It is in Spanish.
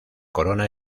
corona